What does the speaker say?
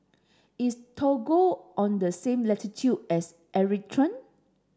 is Togo on the same latitude as Eritrea